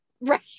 Right